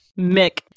mick